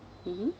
mmhmm